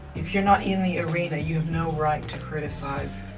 if you're not in the arena, you have no right to criticize.